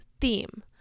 theme